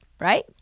right